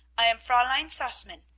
i am fraulein sausmann.